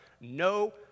no